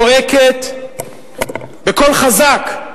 זועקת, בקול חזק,